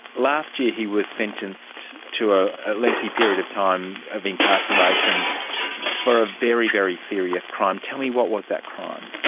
last year he was sentenced to a lengthy period of time of incarceration for a very, very serious crime. tell me, what was that crime?